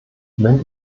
wenn